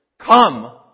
Come